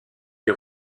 des